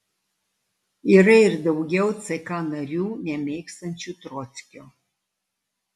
yra ir daugiau ck narių nemėgstančių trockio